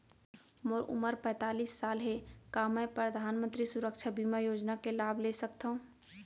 मोर उमर पैंतालीस साल हे का मैं परधानमंतरी सुरक्षा बीमा योजना के लाभ ले सकथव?